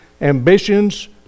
ambitions